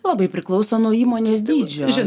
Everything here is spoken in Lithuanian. labai priklauso nuo įmonės dydžio